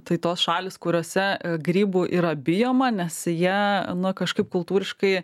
tai tos šalys kuriose grybų yra bijoma nes jie na kažkaip kultūriškai